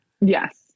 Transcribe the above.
Yes